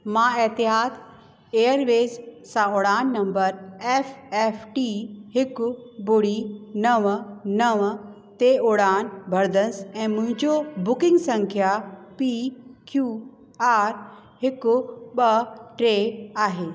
मां Etihad Airways सां उड़ान नम्बर एफ एफ टी हिकु ॿुड़ी नव नव ते उड़ान भरंदसि ऐं मुंहिंजो बुकिंग संख्या पी क्यू आर हिकु ॿ टे आहे